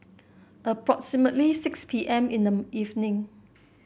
approximately six P M in the evening